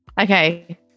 Okay